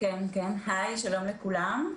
שלום לכולם.